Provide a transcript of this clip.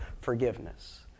forgiveness